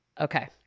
Okay